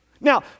Now